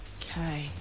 Okay